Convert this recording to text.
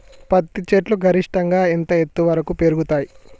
పత్తి చెట్లు గరిష్టంగా ఎంత ఎత్తు వరకు పెరుగుతయ్?